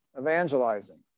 Evangelizing